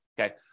okay